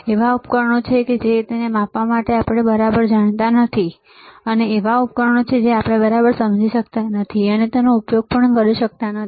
એવા ઉપકરણો છે કે જેને આપણે બરાબર જાણતા પણ નથી અને એવા ઉપકરણો છે જે આપણે સમજી શકતા નથી કે આપણે તેનો ઉપયોગ કરી શકતા નથી